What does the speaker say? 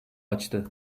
açtı